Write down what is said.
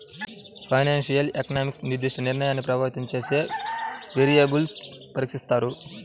financial economics నిర్దిష్ట నిర్ణయాన్ని ప్రభావితం చేసే వేరియబుల్స్ను పరీక్షిస్తాయి